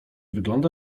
wygląda